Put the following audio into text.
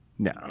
No